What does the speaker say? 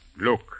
Look